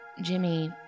Jimmy